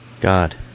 God